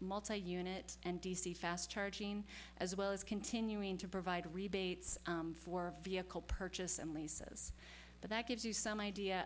multi unit and d c fast charging as well as continuing to provide rebates for vehicle purchase and leases but that gives you some idea